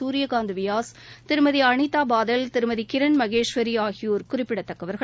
சூர்யகாந்த வியாஸ் திருமதி அனிதா பாதல் திருமதி கிரன் மகேஸ்வரி ஆகியோர் குறிப்பிடத்தக்கவர்கள்